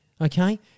Okay